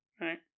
Right